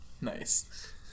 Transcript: nice